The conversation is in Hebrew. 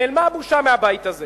נעלמה הבושה מהבית הזה.